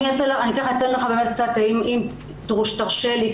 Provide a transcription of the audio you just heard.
אם תרשה לי,